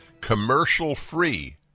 commercial-free